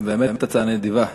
זו באמת הצעה נדיבה.